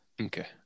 Okay